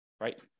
right